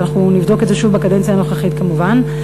ואנחנו נבדוק את זה שוב בקדנציה הנוכחית כמובן,